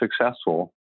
successful